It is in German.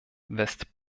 west